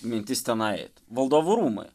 mintis tenai valdovų rūmai